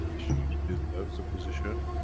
she deserves the position,